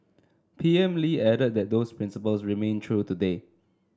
P M Lee added that those principles remain true today